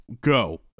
go